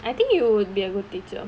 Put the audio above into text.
I think you'll be a good teacher